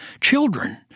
Children